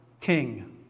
king